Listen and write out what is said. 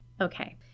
Okay